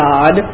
God